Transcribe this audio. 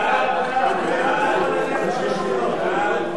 ההצעה להעביר את הצעת חוק